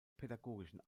pädagogischen